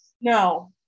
No